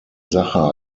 sache